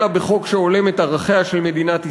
אלא בחוק שהולם את ערכיה של מדינת ישראל,